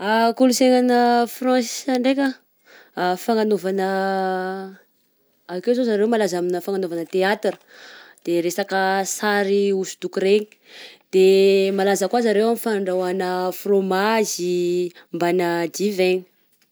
Ah kolonsaina any France ndraika ah, fananaovana akeo zao zareo malaza amin'ny fananaovana theatre, de resaka sary hosodoko regny, de malaza koa zareo amin'ny fandrahoàna frômazy mbana divaigna.